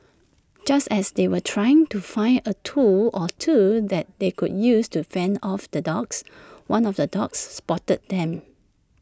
just as they were trying to find A tool or two that they could use to fend off the dogs one of the dogs spotted them